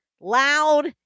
loud